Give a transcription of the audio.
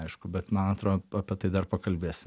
aišku bet man atrodo apie tai dar pakalbėsim